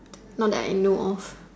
Not that I know of